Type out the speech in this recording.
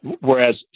Whereas